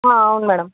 అవును మేడమ్